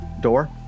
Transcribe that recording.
door